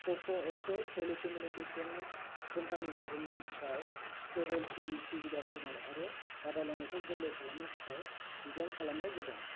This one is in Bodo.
क'प एक्टखौ टेलिकमिउनिकेशन कम्पेनिफोरनि थाखाय केबोल टि भि सुबिदा होनाय आरो बादायलायनायखौ गोरलै खालामनो थाखाय डिजाइन खालामनाय जादों